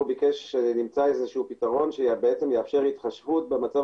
הוא ביקש שנמצא פתרון שיאפשר התחשבות במצב